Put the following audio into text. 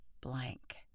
blank